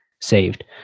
saved